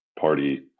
party